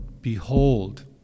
Behold